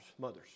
mothers